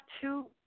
two